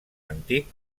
antic